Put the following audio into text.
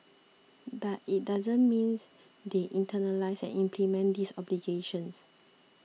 but it doesn't mean they internalise and implement these obligations